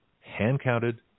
hand-counted